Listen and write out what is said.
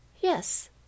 Yes